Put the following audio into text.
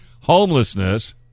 homelessness